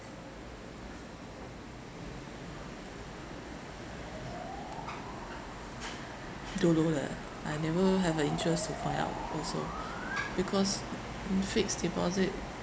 don't know leh I never have a interest to find out also because fixed deposit